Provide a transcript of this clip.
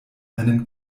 einen